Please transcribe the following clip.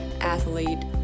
athlete